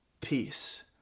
peace